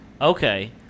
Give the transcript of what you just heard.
Okay